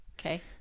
okay